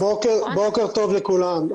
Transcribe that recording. בוקר טוב לכולם.